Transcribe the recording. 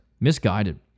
misguided